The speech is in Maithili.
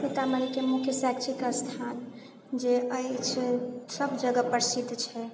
सीतामढ़ी के मुख्य शैक्षिक स्थान जे अछि सभ जगह प्रसिद्ध छै